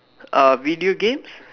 uh video games